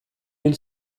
hil